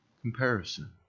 comparison